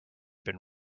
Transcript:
been